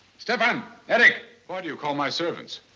stephan, eric. why do you call my servants?